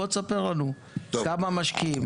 בוא תספר לנו כמה משקיעים.